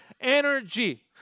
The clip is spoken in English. energy